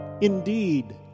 Indeed